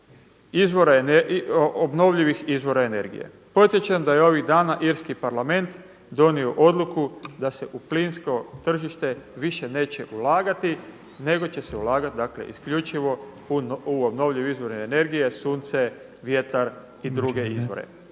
tržištu obnovljivih izvora energije. Podsjećam da je ovih dana irski Parlament donio odluku da se u plinsko tržište više neće ulagati, nego će se ulagati, dakle isključivo u obnovljiv izvor energije, sunce, vjetar i druge izvore.